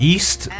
East